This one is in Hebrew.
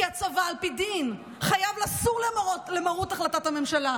כי הצבא על פי דין חייב לסור למרות החלטת הממשלה.